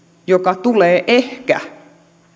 joka tulee ehkä